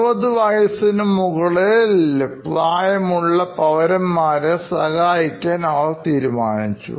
അവർ 60 വയസ്സിനുമുകളിൽ പ്രായമുള്ള മുതിർന്ന പൌരന്മാരെ സഹായിക്കുവാൻ തീരുമാനിച്ചു